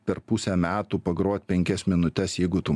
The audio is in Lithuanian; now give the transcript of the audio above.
per pusę metų pagrot penkias minutes jeigu tu